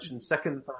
Second